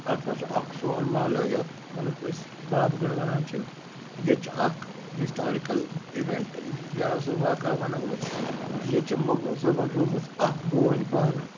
اَتھ منٛز چھُ اَکھ سون محلہٕ یَتھ مطلب أسۍ بابہٕ گوٚنٛڈ وَنان چھِ ییٚتہِ چھُ اَکھ ہِسٹارِکَل اِوَیٚنٛٹ یا سُہ واقعہ وَنَو أسۍ ییٚتہِ چھُ مخدوٗم صٲبَن رُومٕژ اَکھ بوٗنۍ پانہٕ